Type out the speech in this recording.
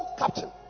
captain